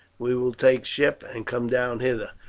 we will take ship and come down hither.